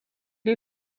est